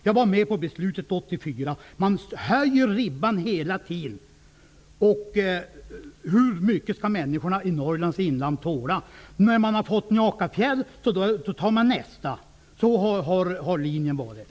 Jag var med när beslutet fattades år 1984. Hela tiden höjer man ribban. Hur mycket skall människorna i Norrlands inland tåla. När man fått Njakafjället, vill man ha nästa fjäll. Så har linjen varit.